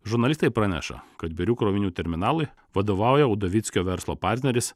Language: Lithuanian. žurnalistai praneša kad birių krovinių terminalui vadovauja udovickio verslo partneris